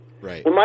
Right